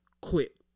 quit